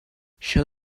show